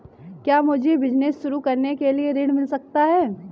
क्या मुझे बिजनेस शुरू करने के लिए ऋण मिल सकता है?